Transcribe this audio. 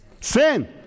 Sin